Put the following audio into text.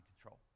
control